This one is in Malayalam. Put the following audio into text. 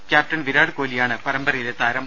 ക്യാപ്റ്റൻ വിരാട് കോഹ് ലിയാണ് പരമ്പരയിലെ താരം